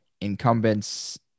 incumbents